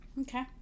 Okay